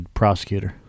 prosecutor